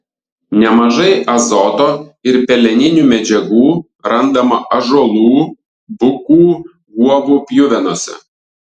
nemažai azoto ir peleninių medžiagų randama ąžuolų bukų guobų pjuvenose